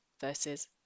versus